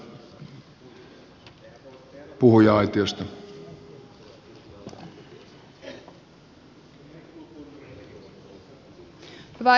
arvoisa puhemies